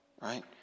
right